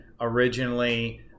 originally